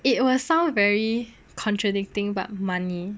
it will sound very contradicting but money